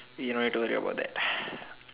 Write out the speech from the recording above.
you don't worry about that